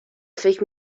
فکر